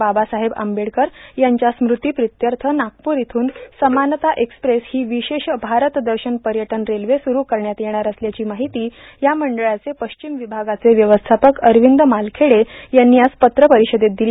बाबासाहेब आंबेडकर यांच्या स्मृतिप्रित्यर्थ नागपूर इथून समानता एक्स्प्रेस ही विशेष भारतदर्शन पर्यटन रेल्वे स्रू करण्यात येणार असल्याची माहिती या मंडळाचे पश्चिम विभागाचे व्यवस्थापक अरविंद मालखेडे यांनी आज पत्रपरिषदेत दिली